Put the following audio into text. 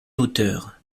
auteur